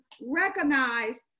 recognize